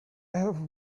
have